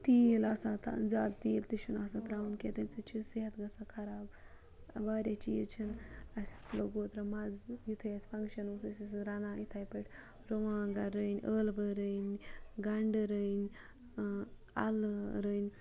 تیٖل آسان زیادٕ تیٖل تہِ چھُنہٕ آسان تراوُن کینٛہہ تٔمۍ سۭتۍ چھُ صحت گَژھَان خَراب واریاہ چیٖز چھِنہٕ اَسہِ لوٚگ اوترٕ مَزٕ یُتھے اَسہِ فَنٛگشَن اوس أسۍ ٲسۍ رَنان اِتھے پٲٹھۍ رُوانٛگَن رٔن ٲلوٕ رٔنۍ گَنڈٕ رٔنۍ اَلہٕ رٔنۍ